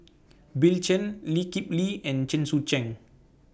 Bill Chen Lee Kip Lee and Chen Sucheng